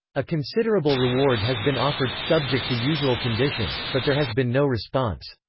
a considerable reward has been offered, subject to usual conditions, but there has been no response.